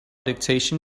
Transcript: dictation